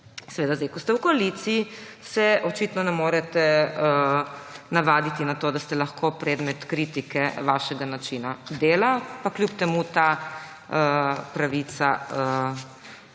zdaj, ko ste v koaliciji, očitno ne morete navaditi na to, da ste lahko predmet kritike svojega načina dela, pa kljub temu ta pravica